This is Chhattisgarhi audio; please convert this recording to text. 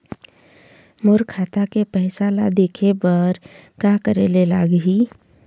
मोर खाता के पैसा ला देखे बर का करे ले लागही?